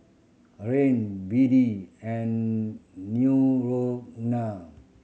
Rene B D and